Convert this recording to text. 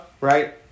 right